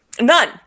None